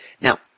Now